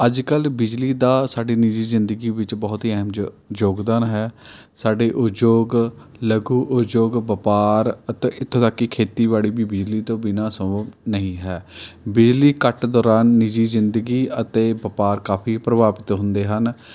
ਅੱਜ ਕੱਲ੍ਹ ਬਿਜਲੀ ਦਾ ਸਾਡੀ ਨਿੱਜੀ ਜ਼ਿੰਦਗੀ ਵਿੱਚ ਬਹੁਤ ਹੀ ਅਹਿਮ ਯ ਯੋਗਦਾਨ ਹੈ ਸਾਡੇ ਉਦਯੋਗ ਲਘੂ ਉਦਯੋਗ ਵਪਾਰ ਅਤੇ ਇੱਥੋਂ ਤੱਕ ਕਿ ਖੇਤੀਬਾੜੀ ਵੀ ਬਿਜਲੀ ਤੋਂ ਬਿਨਾਂ ਸੰਭਵ ਨਹੀਂ ਹੈ ਬਿਜਲੀ ਕੱਟ ਦੌਰਾਨ ਨਿੱਜੀ ਜ਼ਿੰਦਗੀ ਅਤੇ ਵਪਾਰ ਕਾਫ਼ੀ ਪ੍ਰਭਾਵਿਤ ਹੁੰਦੇ ਹਨ